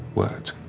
word.